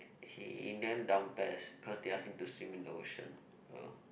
he in the end down pes cause they ask him to swim in the ocean so